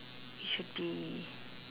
it should be